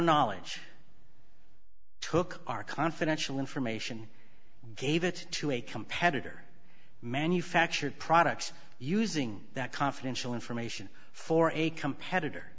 knowledge took our confidential information gave it to a competitor manufactured products using that confidential information for a competitor